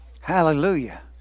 Hallelujah